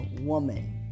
woman